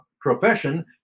profession